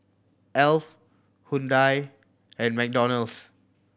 Alf Hyundai and McDonald's